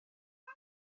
det